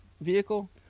vehicle